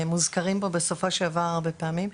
מוזכרים פה הרבה פעמים.